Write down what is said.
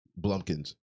Blumpkins